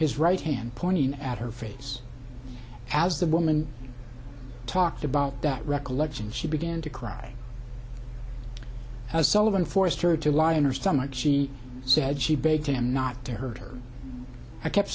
his right hand pointing at her face as the woman talked about that recollection she began to cry as sullivan forced her to lie on her stomach she said she begged him not to hurt her i kept